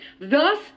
Thus